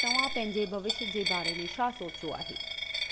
तव्हां पंहिंजे भविष्य जे बारे में छा सोचियो आहे